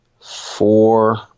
four